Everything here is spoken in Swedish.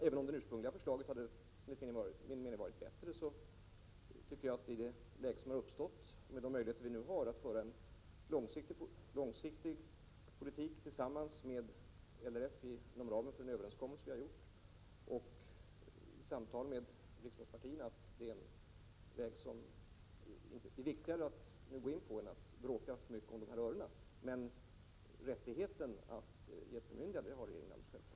Även om det ursprungliga förslaget enligt min mening hade varit bättre, så tycker jag att det i det läge som har uppstått, med de möjligheter vi nu har att föra en långsiktig politik tillsammans med LRF inom ramen för den överenskommelse vi har gjort och samtal med riksdagspartierna, är viktigare att gå in på den vägen än att bråka för mycket om de här örena. Men rättigheten att ge bemyndigande har regeringen självfallet.